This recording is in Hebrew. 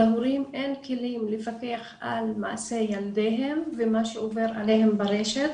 להורים אין כלים לפקח על מעשי ילדיהם ומה שעובר עליהם ברשת